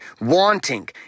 wanting